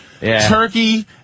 Turkey